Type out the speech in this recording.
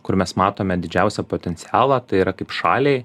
kur mes matome didžiausią potencialą tai yra kaip šaliai